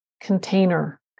container